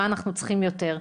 במה אנחנו צריכים יותר.